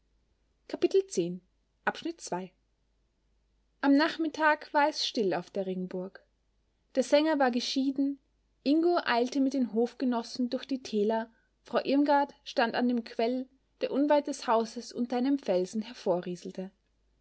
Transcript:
am nachmittag war es still auf der ringburg der sänger war geschieden ingo eilte mit den hofgenossen durch die täler frau irmgard stand an dem quell der unweit des hauses unter einem felsen